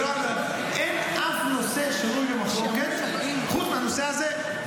אין אף נושא שנוי במחלוקת חוץ מהנושא הזה.